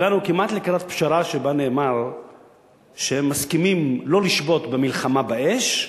הגענו כמעט לקראת פשרה שבה נאמר שהם מסכימים לא לשבות במלחמה באש,